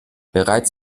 bereits